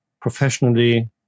professionally